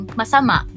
masama